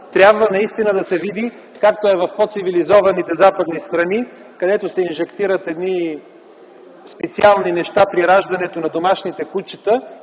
трябва наистина да се види как е в по-цивилизованите западни страни. Там се инжектират едни специални неща при раждането на домашните кучета